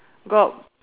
got